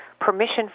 permission